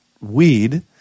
weed